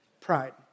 Pride